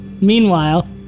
Meanwhile